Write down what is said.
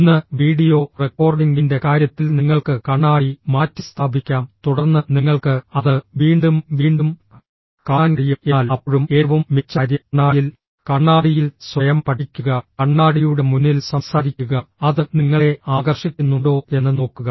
ഇന്ന് വീഡിയോ റെക്കോർഡിംഗിന്റെ കാര്യത്തിൽ നിങ്ങൾക്ക് കണ്ണാടി മാറ്റിസ്ഥാപിക്കാം തുടർന്ന് നിങ്ങൾക്ക് അത് വീണ്ടും വീണ്ടും കാണാൻ കഴിയും എന്നാൽ അപ്പോഴും ഏറ്റവും മികച്ച കാര്യം കണ്ണാടിയിൽ കണ്ണാടിയിൽ സ്വയം പഠിക്കുക കണ്ണാടിയുടെ മുന്നിൽ സംസാരിക്കുക അത് നിങ്ങളെ ആകർഷിക്കുന്നുണ്ടോ എന്ന് നോക്കുക